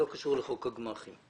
לא קשור לחוק הגמ"חים,